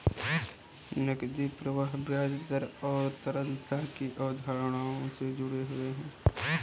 नकदी प्रवाह ब्याज दर और तरलता की अवधारणाओं से जुड़े हुए हैं